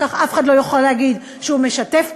אחר כך אף אחד לא יוכל להגיד שהוא משתף פעולה,